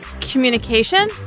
Communication